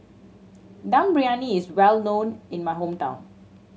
Dum Briyani is well known in my hometown